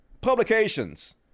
publications